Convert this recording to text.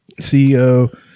CEO